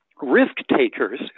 risk-takers